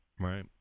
Right